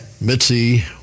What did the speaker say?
Mitzi